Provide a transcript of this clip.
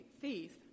thief